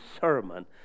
sermon